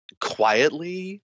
quietly